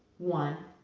one.